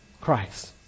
Christ